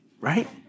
right